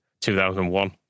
2001